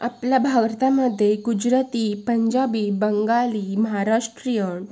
आपल्या भारतामध्ये गुजराती पंजाबी बंगाली महाराष्ट्रीयन